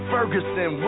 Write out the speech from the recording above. Ferguson